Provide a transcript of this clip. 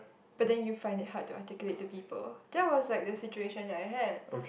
but you find it hard to articulate to people that was like the situation that I had